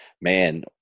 man